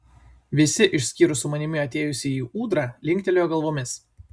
visi išskyrus su manimi atėjusįjį ūdrą linktelėjo galvomis